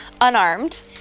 unarmed